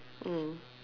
mm